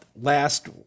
last